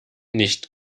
nicht